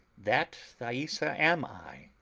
that thaisa am i,